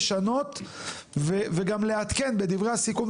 לשנות וגם לעדכן בדברי הסיכום.